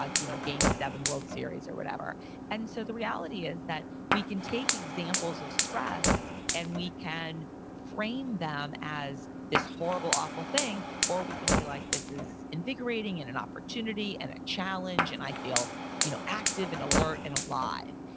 a you know game seven, world series or whatever so the reality is that we can take examples of stress and we can frame them as this horrible, awful thing, or we can be like this is invigorating, and an opportunity and a challenge and i feel you know active and alert and alive.